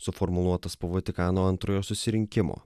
suformuluotas po vatikano antrojo susirinkimo